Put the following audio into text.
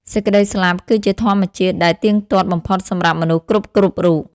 សេចក្តីស្លាប់គឹជាធម្មជាតិដែលទៀងទាត់បំផុតសម្រាប់មនុស្សគ្រប់ៗរូប ។